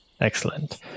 excellent